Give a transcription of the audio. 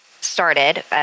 started